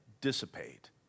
dissipate